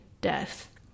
death